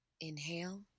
Inhale